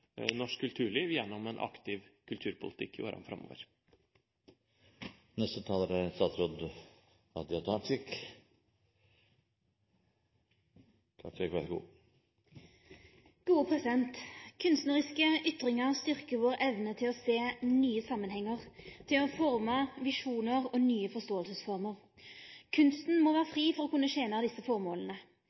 norsk kulturliv gjennom en aktiv kulturpolitikk i årene framover. Kunstnariske ytringar styrkjer vår evne til å sjå nye samanhengar og til å forme visjonar og nye forståingsformer. Kunsten må vere fri for å kunne tene desse formåla